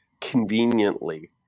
conveniently